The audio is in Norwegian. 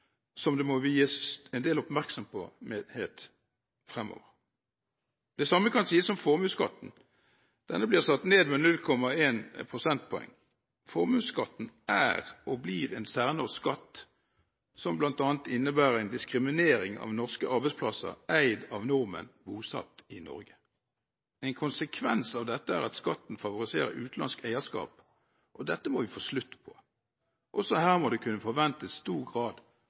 område som må vies en del oppmerksomhet fremover. Det samme kan sies om formuesskatten. Denne blir satt ned med 0,1 prosentpoeng. Formuesskatten er og blir en særnorsk skatt som bl.a. innebærer en diskriminering av norske arbeidsplasser eid av nordmenn bosatt i Norge. En konsekvens av dette er at skatten favoriserer utenlandsk eierskap, og dette må vi få slutt på. Også her må det kunne forventes stor grad